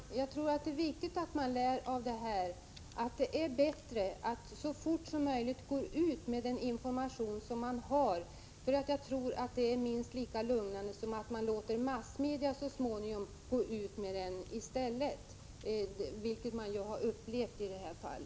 Herr talman! Jag tror att det är viktigt att man lär av detta att det är bättre att så fort som möjligt gå ut med den information man har än att vänta. Det är säkert minst lika lugnande som om man i stället låter massmedia gå ut med den så småningom -— vilket ju har skett i detta fall.